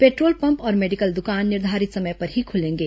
petrol pump और medical दुकान निर्धारित समय पर ही खुलेंगे